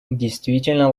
действительно